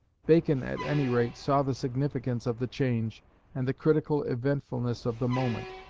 bacon, at any rate, saw the significance of the change and the critical eventfulness of the moment.